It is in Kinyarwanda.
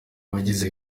bagize